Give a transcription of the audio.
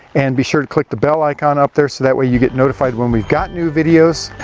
and be sure to click the bell icon up there so that way you get notified when we've got new videos.